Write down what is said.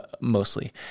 mostly